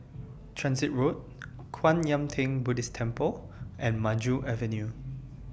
Transit Road Kwan Yam Theng Buddhist Temple and Maju Avenue